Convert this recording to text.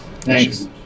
Thanks